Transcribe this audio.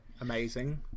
amazing